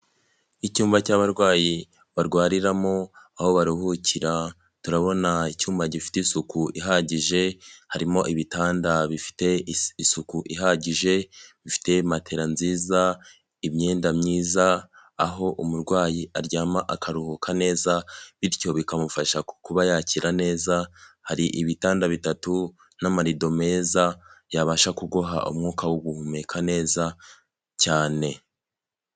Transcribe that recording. Icyumba cy'abarwayi barwariramo aho baruhukira, turabona icyuyuma gifite isuku ihagije harimo ibitanda bifite isuku ihagije, bifite matela nziza, imyenda myiza, aho umurwayi aryama akaruhuka neza bityo bikamufasha kuba yakira neza, hari ibitanda bitatu n'amarido meza yabasha kuguha umwuka wo guhumeka neza cyane.